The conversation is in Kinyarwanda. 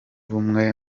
rumwe